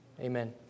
Amen